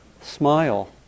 smile